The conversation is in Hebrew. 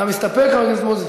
אתה מסתפק, חבר הכנסת מוזס?